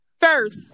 First